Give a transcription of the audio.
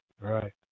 Right